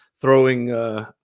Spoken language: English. throwing